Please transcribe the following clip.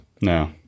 No